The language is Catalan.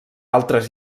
altres